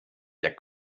der